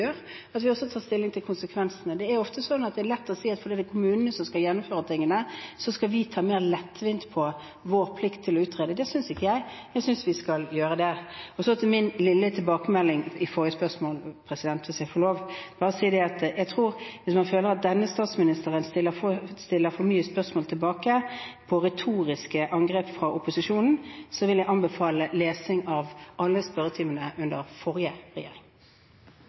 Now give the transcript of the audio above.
at vi tar stilling til konsekvensene. Det er ofte lett å si at fordi det er kommunene som skal gjennomføre tingene, skal vi ta mer lettvint på vår plikt til å utrede. Det synes ikke jeg – jeg synes vi skal gjøre det. Så til min lille tilbakemelding i forrige spørsmål, hvis jeg får lov. Jeg vil bare si at hvis man føler at denne statsministeren stiller for mange spørsmål tilbake på retoriske angrep fra opposisjonen, vil jeg anbefale lesing av referatene fra alle spørretimene under forrige regjering.